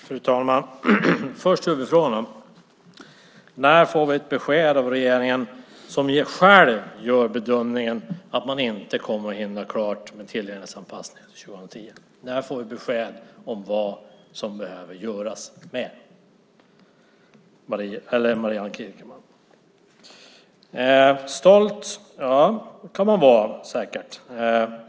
Fru talman! Först till huvudfrågorna: När får vi ett besked av regeringen, som själv gör bedömningen att man inte kommer att hinna klart med tillgänglighetsanpassningen till 2010, om vad som behöver göras mer? Stolt - det kan man säkert vara.